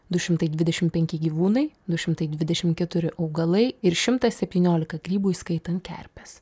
du šimtai dvidešimt penki gyvūnai du šimtai dvidešimt keturi augalai ir šimtas septyniolika grybų įskaitant kerpes